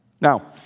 Now